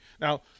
now